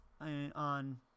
on